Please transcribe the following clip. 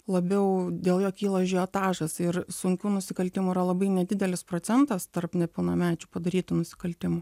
labiau dėl jo kyla ažiotažas ir sunkių nusikaltimų yra labai nedidelis procentas tarp nepilnamečių padarytų nusikaltimų